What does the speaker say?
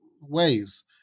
ways